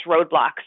roadblocks